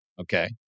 Okay